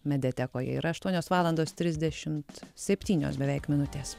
mediatekoje yra aštuonios valandos trisdešimt septynios beveik minutės